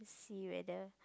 see whether